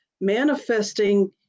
Manifesting